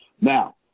Now